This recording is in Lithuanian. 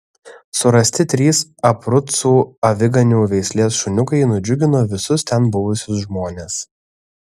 surasti trys abrucų aviganių veislės šuniukai nudžiugino visus ten buvusius žmones